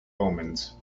omens